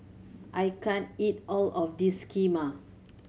I can't eat all of this Kheema